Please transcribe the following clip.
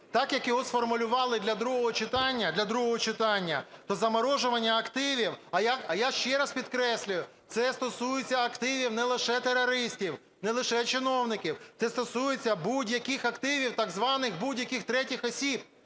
для другого читання, для другого читання, то заморожування активів, а я ще раз підкреслюю, це стосується активів не лише терористів, не лише чиновників. Це стосується будь-яких активів так званих будь-яких третіх осіб,